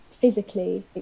physically